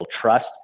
trust